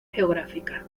geográfica